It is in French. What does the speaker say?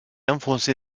enfoncé